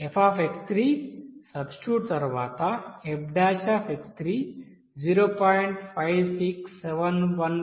X3 f substitute తర్వాత 0